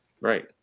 Right